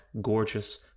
gorgeous